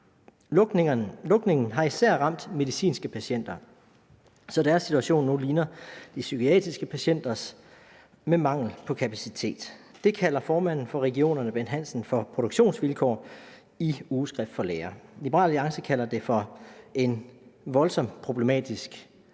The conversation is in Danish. Lukningen har især ramt medicinske patienter, så deres situation nu ligner de psykiatriske patienters, hvor der er mangel på kapacitet. Det kalder formanden for regionerne, Bent Hansen, for produktionsvilkår i Ugeskrift for Læger. Liberal Alliance kalder det for en voldsomt problematisk